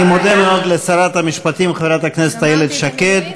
אני מודה מאוד לשרת המשפטים חברת הכנסת איילת שקד.